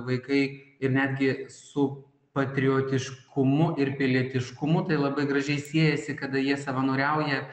vaikai ir netgi su patriotiškumu ir pilietiškumu tai labai gražiai siejasi kada jie savanoriauja